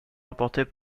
rapportés